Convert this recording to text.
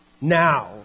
now